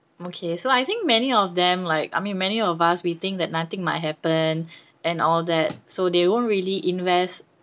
okay so I think many of them like I mean many of us we think that nothing might happen and all that so they won't really invest